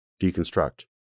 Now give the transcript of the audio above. Deconstruct